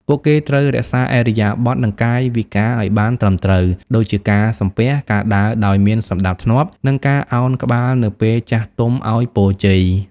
ពួកគេត្រូវរក្សាឥរិយាបថ និងកាយវិការឲ្យបានត្រឹមត្រូវ ដូចជាការ សំពះ ការដើរដោយមានសណ្តាប់ធ្នាប់ និងការឱនក្បាលនៅពេលចាស់ទុំឲ្យពរជ័យ។